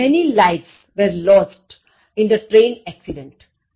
Many lifes were lost in the train accident